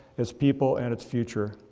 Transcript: its people, and its future.